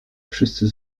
wszyscy